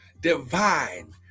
divine